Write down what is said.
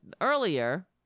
earlier